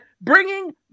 Bringing